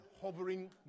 Hovering